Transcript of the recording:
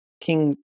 king